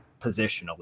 positionally